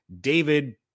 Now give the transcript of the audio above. David